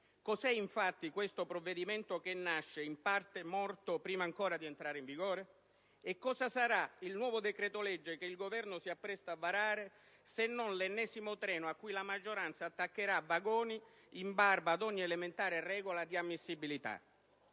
Cosa è, infatti, questo provvedimento, che nasce in parte morto prima ancora di entrare in vigore? E cosa sarà il nuovo decreto-legge che il Governo si appresta a varare, se non 1'ennesimo treno a cui la maggioranza attaccherà vagoni in barba a ogni elementare regola di ammissibilità?